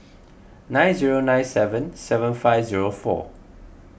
nine zero nine seven seven five zero four